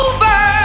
Over